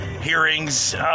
hearings